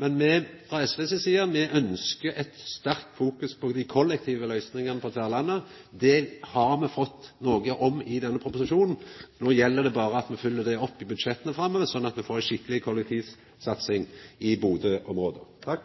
men me frå SV si side ønskjer ei sterk fokusering på dei kollektive løysingane på Tverlandet. Det har me sett noko om i denne proposisjonen. No gjeld det berre at me følgjer det opp i budsjetta framover, slik at me får ei skikkeleg kollektivsatsing i Bodø-området.